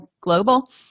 global